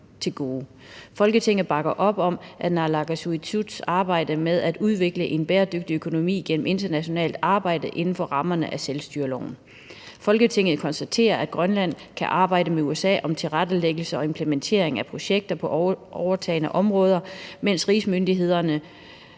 Folketinget bakker op om Naalakkersuisuts arbejde med at udvikle en bæredygtig økonomi gennem internationalt samarbejde inden for rammerne af selvstyreloven. Folketinget konstaterer, at Grønland kan arbejde med USA om tilrettelæggelse og implementering af projekter på overtagne områder, mens rigsmyndighederne